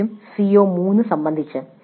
പ്രത്യേകിച്ചും CO3 സംബന്ധിച്ച്